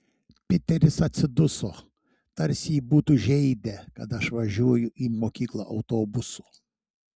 piteris atsiduso tarsi jį būtų žeidę kad aš važiuoju į mokyklą autobusu